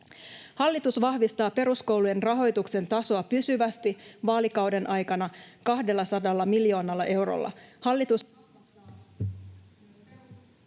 Hallitus vahvistaa peruskoulujen rahoituksen tasoa pysyvästi vaalikauden aikana 200 miljoonalla eurolla.